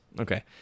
Okay